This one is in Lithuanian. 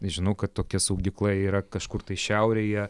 žinau kad tokia saugykla yra kažkur tai šiaurėje